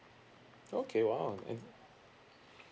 okay !wow! and